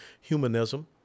humanism